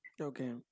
Okay